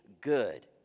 good